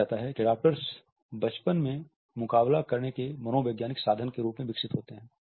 माना जाता है कि अडॉप्टर्स बचपन में मुकाबला करने के मनोवैज्ञानिक साधन के रूप में विकसित होते हैं